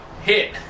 hit